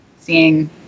seeing